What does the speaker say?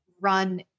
run